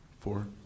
four